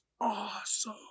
awesome